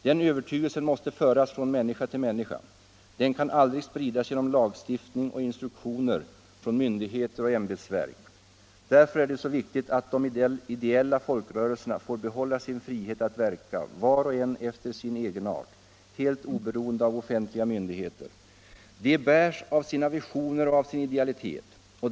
Den övertygelsen måste föras från människa till människa. Den kan aldrig spridas genom lagstiftning och instruktioner från myndigheter och ämbetsverk. Därför är det så viktigt att de ideella folkrörelserna får behålla sin frihet att verka — var och en efter sin egenart — helt oberoende av offentliga myndigheter. De bärs av sina visioner och av sin idealitet.